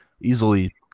easily